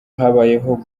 habayeho